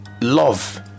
love